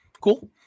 Cool